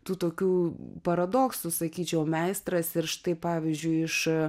tų tokių paradoksų sakyčiau meistras ir štai pavyzdžiui iš